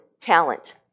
talent